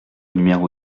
numéro